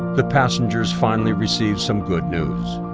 the passengers finally received some good news.